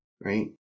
Right